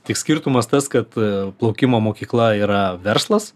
tik skirtumas tas kad plaukimo mokykla yra verslas